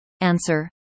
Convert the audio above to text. Answer